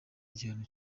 igihano